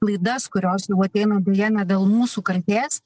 klaidas kurios jau ateina deja ne dėl mūsų kaltės